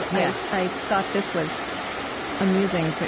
but yeah i thought this was amusing, but